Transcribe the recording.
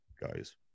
guys